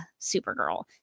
Supergirl